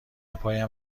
پایم